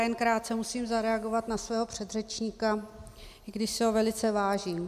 Jen krátce musím zareagovat na svého předřečníka, i když si ho velice vážím.